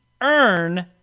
earn